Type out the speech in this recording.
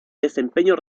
desempeño